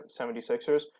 76ers